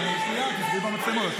תסתכלי במצלמות.